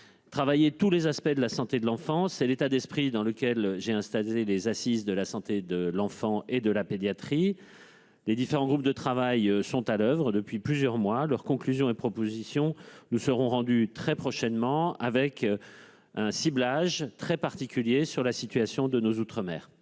mener sur tous les aspects de la santé infantile ; dans cet esprit, j'ai installé des assises de la pédiatrie et de la santé de l'enfant. Les différents groupes de travail sont à l'oeuvre depuis plusieurs mois. Leurs conclusions et propositions nous seront rendues très prochainement avec un ciblage très particulier sur la situation de nos outre-mer.